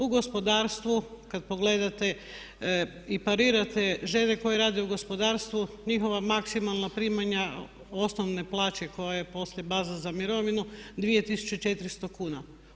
U gospodarstvu kada pogledate i parirate žene koje rade u gospodarstvu njihova maksimalna primanja, osnovne plaće koje je poslije baza za mirovinu 2400 kn.